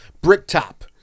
Bricktop